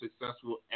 successful